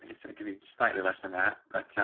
and said give you just slightly less than that, but